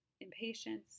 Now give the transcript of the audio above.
impatience